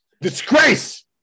Disgrace